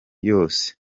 yose